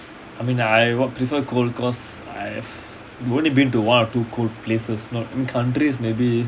I mean I would prefer cold cause I've only been to one two cold places not I mean countries maybe